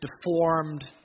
deformed